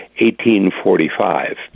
1845